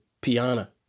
Piana